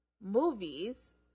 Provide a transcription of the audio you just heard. movies